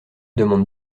demande